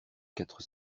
quatre